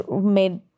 made